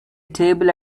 table